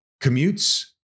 commutes